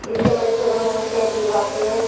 اس سے بچوں میں بہت تہذیب آتی ہے